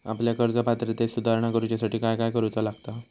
आपल्या कर्ज पात्रतेत सुधारणा करुच्यासाठी काय काय करूचा लागता?